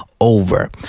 over